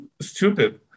stupid